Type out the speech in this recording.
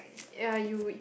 uh you